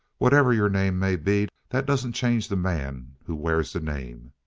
whatever your name may be, that doesn't change the man who wears the name.